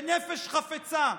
בנפש חפצה,